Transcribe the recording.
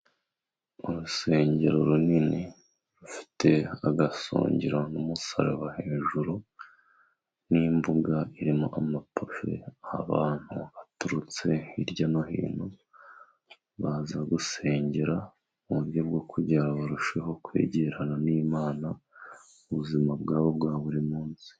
Urusengero runini rufite agasongero n'umusaraba hejuru n'imbuga irimo amapave, aho abantu baturutse hirya no hino baza gusengera ,mu buryo bwo kugira ngo barusheho kwegerana n'Imana mu buzima bwabo bwa buri munsi.